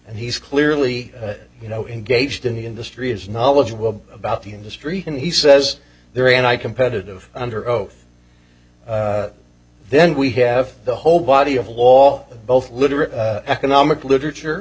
and he's clearly you know in gauged in the industry is knowledgeable about the industry and he says there and i competitive under oath then we have the whole body of law both literal economic literature